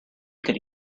could